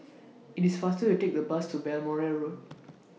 IT IS faster to Take The Bus to Balmoral Road